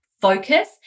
focus